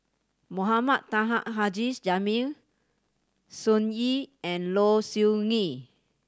Mohamed Taha Haji Jamil Sun Yee and Low Siew Nghee